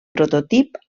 prototip